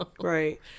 Right